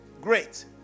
Great